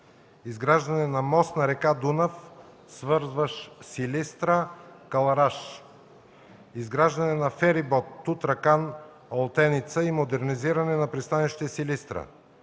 изграждане на мост на река Дунав, свързващ Силистра с Кълъраш; изграждане на ферибот Тутракан–Олтеница и модернизиране на пристанище Силистра;